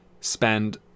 spend